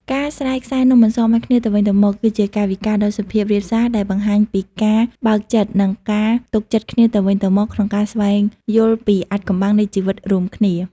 ការស្រាយខ្សែនំអន្សមឱ្យគ្នាទៅវិញទៅមក គឺជាកាយវិការដ៏សុភាពរាបសារដែលបង្ហាញពីការបើកចិត្ត និងការទុកចិត្តគ្នាទៅវិញទៅមកក្នុងការស្វែងយល់ពីអាថ៌កំបាំងនៃជីវិតរួមគ្នា។